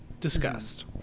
discussed